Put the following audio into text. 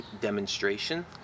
demonstration